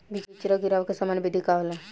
बिचड़ा गिरावे के सामान्य विधि का होला?